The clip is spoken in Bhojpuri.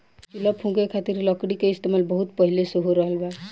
चूल्हा फुके खातिर लकड़ी के इस्तेमाल बहुत पहिले से हो रहल बा